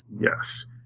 Yes